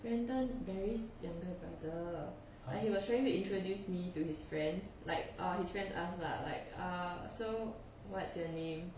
brandon barry's younger brother but he was trying to introduce me to his friends like ah his friends ask lah like ah so what's your name